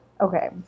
Okay